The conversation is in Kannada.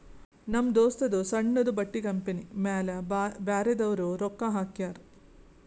ನಮ್ ದೋಸ್ತದೂ ಸಣ್ಣುದು ಬಟ್ಟಿ ಕಂಪನಿ ಮ್ಯಾಲ ಬ್ಯಾರೆದವ್ರು ರೊಕ್ಕಾ ಹಾಕ್ಯಾರ್